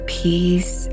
peace